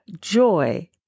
joy